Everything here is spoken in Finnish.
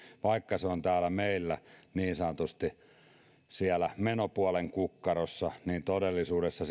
vaikka se on täällä meillä niin sanotusti menopuolen kukkarossa niin todellisuudessa